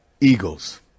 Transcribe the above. eagles